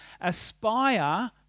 aspire